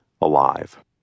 alive